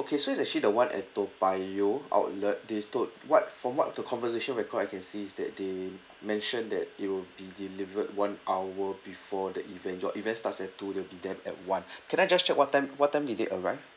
okay so it's actually the one at toa payoh outlet they s~ told what from what the conversation record I can see is that they mentioned that it will be delivered one hour before the event your event starts at two they'll be there at one can I just check what time what time did they arrive